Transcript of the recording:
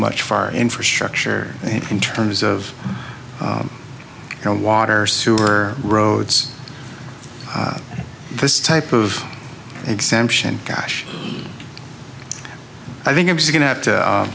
much for our infrastructure in terms of you know water sewer roads this type of exemption gosh i think i was going to have to